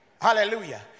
Hallelujah